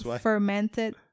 fermented